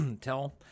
tell